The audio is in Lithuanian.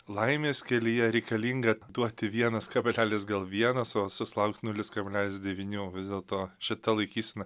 laimės kelyje reikalinga duoti vienas kablelis gal vieną savo susilaukt nulis kablelis devynių vis dėlto šita laikysena